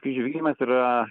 skrydžių vykdymas yra